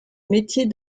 métier